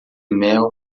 mel